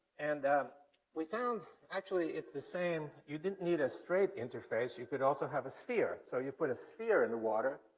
and um we found it's the same, you didn't need a straight interface, you could also have a sphere. so, you put a sphere in the water,